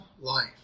life